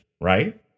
right